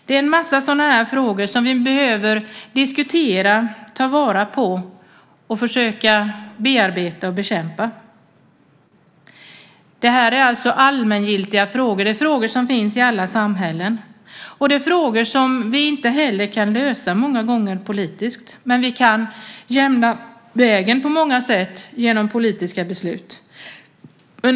Det är en massa sådana frågor som vi behöver diskutera, ta vara på och försöka bearbeta och bekämpa. Det här är alltså allmängiltiga frågor. Det är frågor som finns i alla samhällen. Det är frågor som vi många gånger inte heller kan lösa politiskt, men vi kan jämna vägen på många sätt med hjälp av politiska beslut.